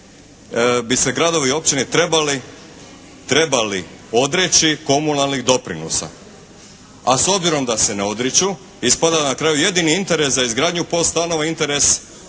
bi se gradovi i općine trebali odreći komunalnih doprinosa, a s obzirom da se ne odriču ispada da na kraju jedini interes za izgradnju POS stanova interes